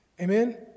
Amen